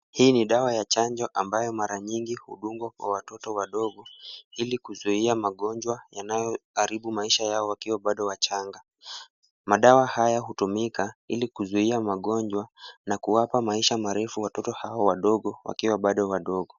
Hii ni dawa ya chanjo ambayo mara nyingi hudungwa kwa watoto wadogo ili kuzuia magonjwa yanayoharibu maisha yao wakiwa bado wachanga. Madawa haya hutumika ili kuzuia magonjwa na kuwapa maisha marefu watoto hawa wadogo wakiwa bado wadogo.